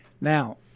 Now